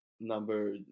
number